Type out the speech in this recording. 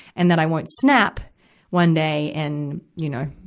and that i won't snap one day and, you know,